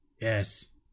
Yes